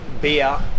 beer